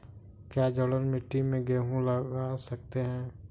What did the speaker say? क्या जलोढ़ मिट्टी में गेहूँ लगा सकते हैं?